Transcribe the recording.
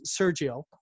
Sergio